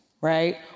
right